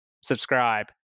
subscribe